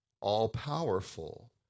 all-powerful